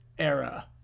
era